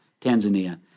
Tanzania